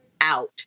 out